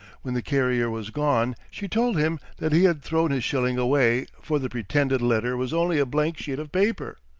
when the carrier was gone she told him that he had thrown his shilling away, for the pretended letter was only a blank sheet of paper.